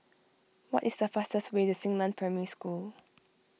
what is the fastest way to Xingnan Primary School